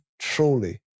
truly